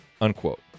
unquote